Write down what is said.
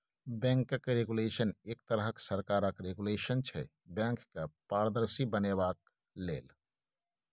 बैंकक रेगुलेशन एक तरहक सरकारक रेगुलेशन छै बैंक केँ पारदर्शी बनेबाक लेल